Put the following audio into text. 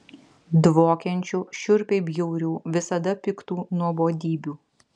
dvokiančių šiurpiai bjaurių visada piktų nuobodybių